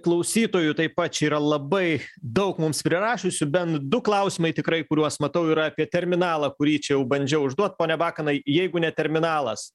klausytojų taip pat čia yra labai daug mums prirašiusių bent du klausimai tikrai kuriuos matau yra apie terminalą kurį čia jau bandžiau užduot pone bakanai jeigu ne terminalas